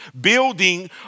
building